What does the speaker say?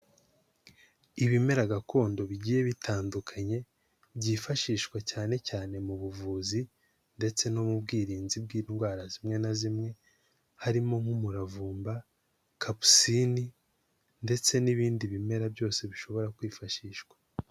Ibimera gakondo bigiye bitandukanye byifashishwa cyane cyane mu buvuzi ndetse no mu bwirinzi bw'indwara zimwe na zimwe harimo nk'umuravumba, kapusini ndetse n'ibindi bimera byose bishobora bishobora kwifashishwa.